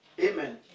Amen